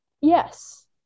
Yes